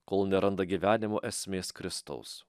kol neranda gyvenimo esmės kristaus